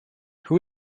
who